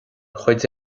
chuid